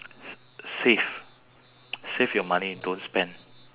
save save your money don't spend